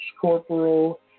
Corporal